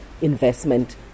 investment